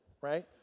Right